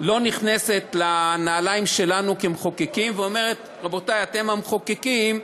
לא נכנסת לנעליים שלנו כמחוקקים ואומרת: רבותי המחוקקים,